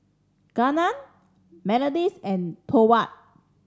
Gunnar Melodies and Thorwald